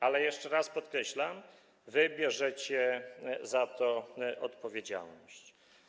Ale jeszcze raz podkreślam, że wy bierzecie za to odpowiedzialność.